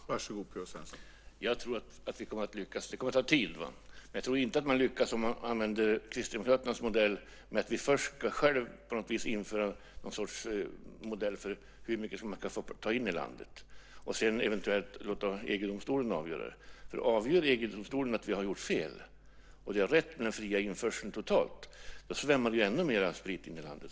Herr talman! Jag tror att vi kommer att lyckas. Det kommer att ta tid. Men jag tror inte att vi lyckas om vi använder Kristdemokraternas modell att först själva införa en modell för hur mycket man får ta in i landet och sedan eventuellt låta EG-domstolen avgöra. Om EG-domstolen avgör att vi har gjort fel, och att det är rätt med den fria införseln totalt, svämmar det in ännu mer sprit i landet.